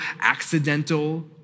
accidental